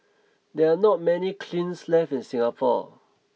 there are not many left in Singapore